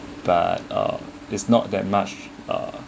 but uh it's not that much uh